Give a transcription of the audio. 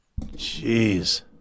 Jeez